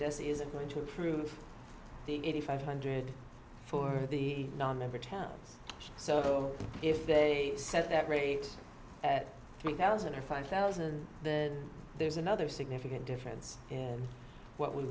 this isn't going to prove the eighty five hundred for the nonmember towns so if they set that rate at three thousand or five thousand there's another significant difference in what we